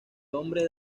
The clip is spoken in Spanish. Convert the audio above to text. nombre